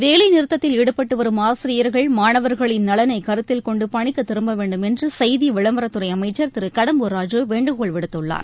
வேலை நிறுத்தத்தில் ஈடுபட்டு வரும் ஆசிரியர்கள் மாணவர்களின் நலனை கருத்தில் கொண்டு பணிக்கு திரும்ப வேண்டும் என்று செய்தி விளம்பரத் துறை அமைச்சர் திரு கடம்பூர் ராஜு வேண்டுகோள் விடுத்துள்ளார்